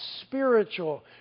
spiritual